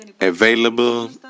available